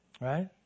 Right